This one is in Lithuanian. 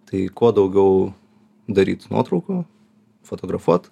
tai kuo daugiau daryt nuotraukų fotografuot